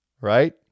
right